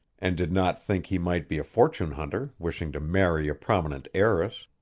and did not think he might be a fortune hunter wishing to marry a prominent heiress.